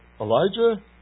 Elijah